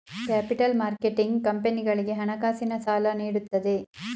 capital marketing ಕಂಪನಿಗಳಿಗೆ ಹಣಕಾಸಿನ ಸಾಲ ನೀಡುತ್ತದೆ